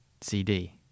CD